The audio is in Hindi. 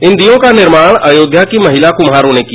इन दीयों का निर्माण अयोध्या की महिला कुम्हारों ने किया